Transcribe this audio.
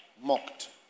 Mocked